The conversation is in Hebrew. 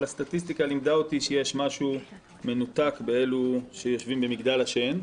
אבל הסטטיסטיקה לימדה אותי שיש משהו מנותק באלו שיושבים במגדל השן.